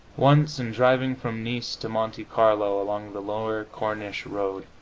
once, in driving from nice to monte carlo along the lower corniche road,